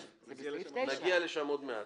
נגיע לשם עוד מעט.